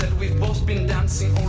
we've both been dancing